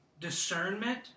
discernment